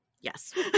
Yes